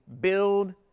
build